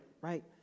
right